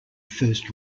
first